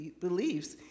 beliefs